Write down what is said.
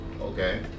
okay